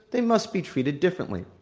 they must be treated differently.